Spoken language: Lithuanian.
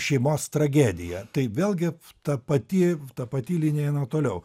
šeimos tragediją tai vėlgi ta pati ta pati linija eina toliau